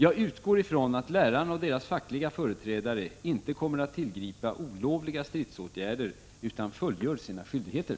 Jag utgår från att lärarna och deras fackliga företrädare inte kommer att tillgripa olovliga stridsåtgärder utan fullgör sina skyldigheter.